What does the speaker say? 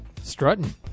Strutting